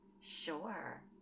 Sure